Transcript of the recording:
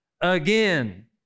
Again